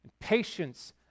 Patience